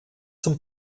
zum